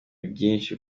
byinshi